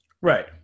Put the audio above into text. Right